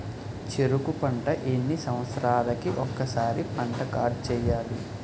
చెరుకు పంట ఎన్ని సంవత్సరాలకి ఒక్కసారి పంట కార్డ్ చెయ్యాలి?